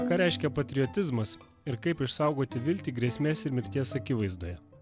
ką reiškia patriotizmas ir kaip išsaugoti viltį grėsmės ir mirties akivaizdoje